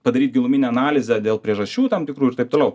padaryt giluminę analizę dėl priežasčių tam tikrų ir taip toliau